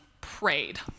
prayed